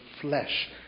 flesh